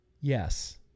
Yes